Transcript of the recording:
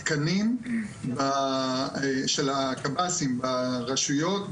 התקנים של הקב"סים ברשויות,